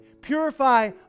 Purify